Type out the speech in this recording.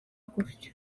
gutyo